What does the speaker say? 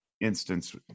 instance